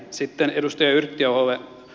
sitten edustaja yrttiaholle